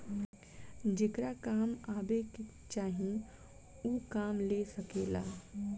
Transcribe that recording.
जेकरा काम अब्बे चाही ऊ काम ले सकेला